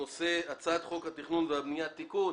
הנושא: הצעת חוק התכנון והבנייה (תיקון